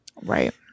Right